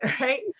Right